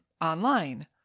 online